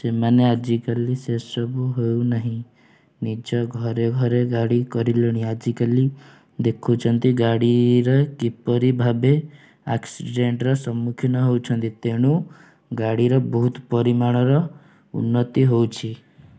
ସେମାନେ ଆଜିକାଲି ସେସବୁ ହେଉନାହିଁ ନିଜ ଘରେ ଘରେ ଗାଡ଼ି କରିଲେଣି ଆଜିକାଲି ଦେଖୁଛନ୍ତି ଗାଡ଼ିରେ କିପରି ଭାବେ ଆକ୍ସିଡ଼େଣ୍ଟ୍ର ସମ୍ମୁଖୀନ ହେଉଛନ୍ତି ତେଣୁ ଗାଡ଼ିର ବହୁତ ପରିମାଣର ଉନ୍ନତି ହେଉଛି